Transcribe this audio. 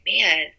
man